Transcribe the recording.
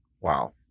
Wow